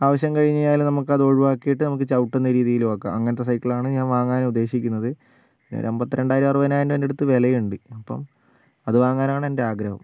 ആവശ്യം കഴിഞ്ഞു കഴിഞ്ഞാൽ നമുക്ക് അത് ഒഴിവാക്കിട്ട് നമുക്ക് ചവിട്ടുന്ന രീതിയിലും ആകാം അങ്ങനത്തെ സൈക്കിളാണ് ഞാൻ വാങ്ങാൻ ഉദ്ദേശിക്കുന്നത് ഒരു അമ്പത്തിരണ്ടായിരം അറുപതിനായിരം അടുത്ത് വിലയുണ്ട് അപ്പം അത് വാങ്ങാനാണ് എൻ്റെ ആഗ്രഹം